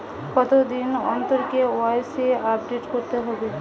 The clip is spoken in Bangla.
কতদিন অন্তর কে.ওয়াই.সি আপডেট করতে হবে?